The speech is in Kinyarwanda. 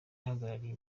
ahagarariye